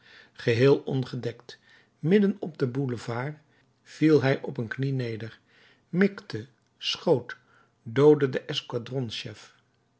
geheel ongedekt midden op den boulevard viel hij op een knie neder mikte schoot doodde den escadrons chef